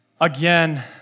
again